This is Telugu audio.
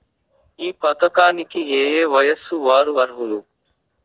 ఈ పథకానికి ఏయే వయస్సు వారు అర్హులు?